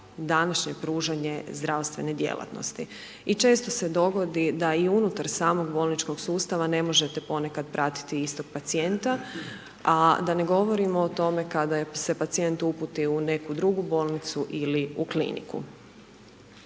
današnje pružanje zdravstvene djelatnosti i često se dogodi da i unutar samog bolničkog sustava ne možete ponekad pratiti istog pacijenta, a da ne govorimo o tome kada se pacijent uputi u neku drugu bolnicu ili u kliniku.